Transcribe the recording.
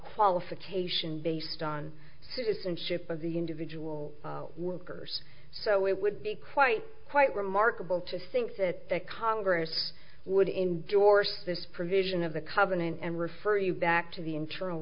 qualification based on citizenship of the individual workers so it would be quite quite remarkable to think that the congress would endorse this provision of the covenant and refer you back to the internal